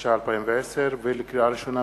התש"ע 2010. לקריאה ראשונה,